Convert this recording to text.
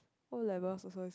O-levels also is